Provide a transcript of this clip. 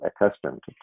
accustomed